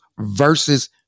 versus